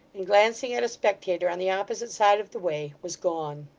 and glancing at a spectator on the opposite side of the way, was gone.